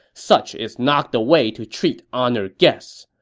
such is not the way to treat honored guests.